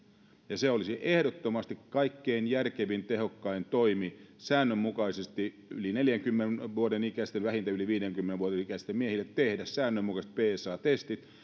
ja se olisi ehdottomasti kaikkein järkevin tehokkain toimi säännönmukaisesti yli neljänkymmenen vuoden ikäisille vähintään yli viidenkymmenen vuoden ikäisille miehille tehdä säännönmukaiset psa testit